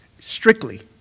strictly